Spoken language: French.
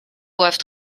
boivent